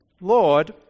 Lord